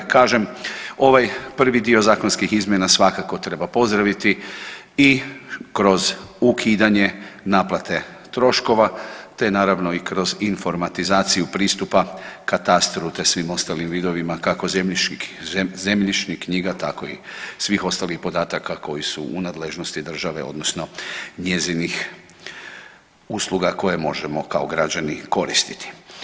Kažem ovaj prvi dio zakonskih izmjena svakako treba pozdraviti i kroz ukidanje naplate troškova te naravno i kroz informatizaciju pristupa katastru te svim ostalim vidovima kako zemljišnih knjiga tako i svih ostalih podataka koji su u nadležnosti države odnosno njezinih usluga koje možemo kao građani koristiti.